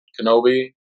Kenobi